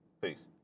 Peace